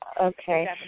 Okay